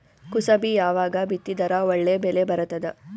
ಕುಸಬಿ ಯಾವಾಗ ಬಿತ್ತಿದರ ಒಳ್ಳೆ ಬೆಲೆ ಬರತದ?